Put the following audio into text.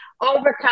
overcome